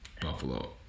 Buffalo